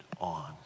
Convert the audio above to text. on